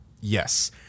Yes